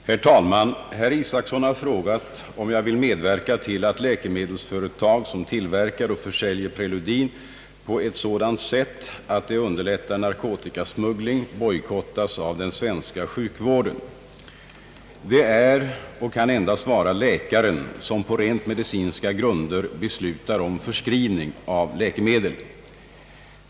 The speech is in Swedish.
Herr talman! Herr Isacson har frågat om jag vill medverka till att läkemedelsföretag, som tillverkar och försäljer preludin på ett sådant sätt att det underlättar narkotikasmuggling, bojkottas av den svenska sjukvården. Det är — och kan endast vara — läkaren som på rent medicinska grunder beslutar om förskrivning av läkemedel.